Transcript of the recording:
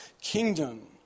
kingdom